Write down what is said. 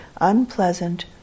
unpleasant